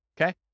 Okay